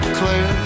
clear